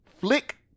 Flick